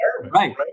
right